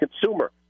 consumer